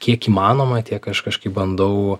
na kiek įmanoma tiek aš kažkaip bandau